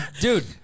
dude